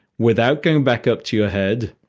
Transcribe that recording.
without going back up to your head,